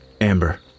Amber